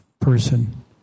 person